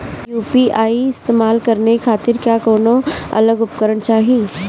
UPI इस्तेमाल करने खातिर क्या कौनो अलग उपकरण चाहीं?